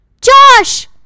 Josh